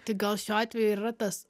tai gal šiuo atveju ir yra tas